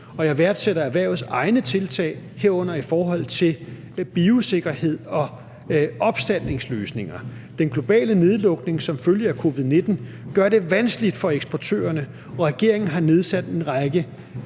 jeg værdsætter erhvervets egne tiltag, herunder i forhold til biosikkerhed og opstaldningsløsninger. Den globale nedlukning som følge af covid-19 gør det vanskeligt for eksportørerne, og regeringen har nedsat en række